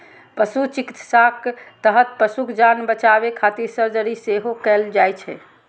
पशु चिकित्साक तहत पशुक जान बचाबै खातिर सर्जरी सेहो कैल जाइ छै